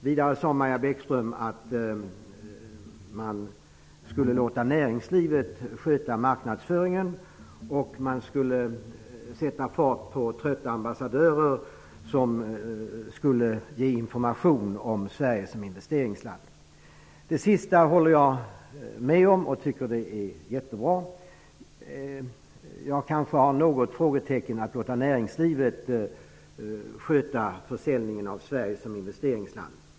Vidare sade Maja Bäckström att man skulle låta näringslivet sköta marknadsföringen. Man skulle sätta fart på trötta ambassadörer, som skulle ge information om Sverige som investeringsland. Det sistnämnda håller jag med om. Jag tycker att det är jättebra. Jag kanske sätter något frågetecken inför detta att låta näringslivet sköta försäljningen av Sverige som investeringsland.